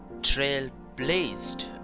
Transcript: trailblazed